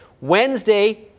Wednesday